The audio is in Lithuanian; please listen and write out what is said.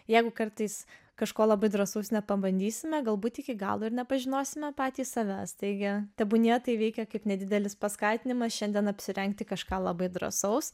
jeigu kartais kažko labai drąsaus nepabandysime galbūt iki galo ir nepažinosime patys savęs teigi tebūnie tai veikia kaip nedidelis paskatinimas šiandien apsirengti kažką labai drąsaus